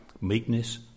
meekness